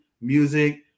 music